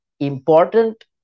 Important